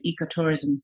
ecotourism